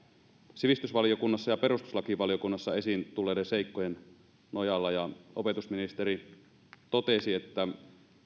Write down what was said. sivistysvaliokunnassa ja perustuslakivaliokunnassa esiin tulleiden seikkojen nojalla ja opetusministeri totesi että